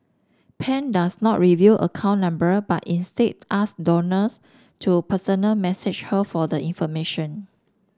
pan does not reveal account number but instead asks donors to personal message her for the information